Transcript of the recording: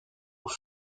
aux